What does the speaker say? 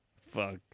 Fuck